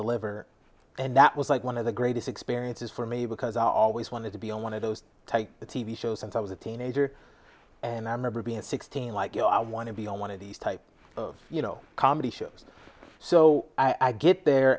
deliver and that was like one of the greatest experiences for me because i always wanted to be on one of those t v shows and i was a teenager and i remember being sixteen like you know i want to be on one of these type of you know comedy shows so i get there